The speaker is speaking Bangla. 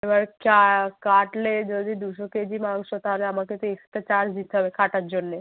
এবার কাটলে যদি দুশো কেজি মাংস তাহলে আমাকে তো এক্সটা চার্জ দিতে হবে কাটার জন্যে